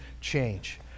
change